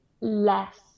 less